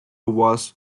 was